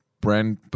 brand